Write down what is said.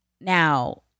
Now